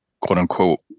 quote-unquote